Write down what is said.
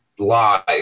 live